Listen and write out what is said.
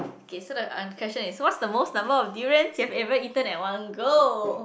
okay so the uh question is what's the most number of durians you have ever eaten at one go